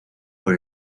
por